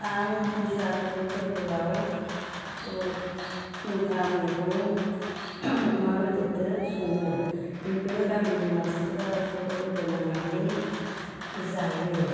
आं बैसागो फोरबोआव खुंखा मैगं अमा बेदरजों सङो बयबो गामिनि मानसिफोरा ज' लोगोनांनानै जायो